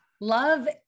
Love